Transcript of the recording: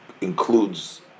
includes